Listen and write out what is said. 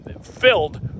filled